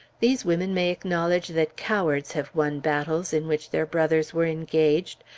these women may acknowledge that cowards have won battles in which their brothers were engaged,